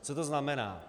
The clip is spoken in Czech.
Co to znamená?